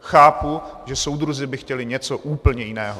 Chápu, že soudruzi by chtěli něco úplně jiného!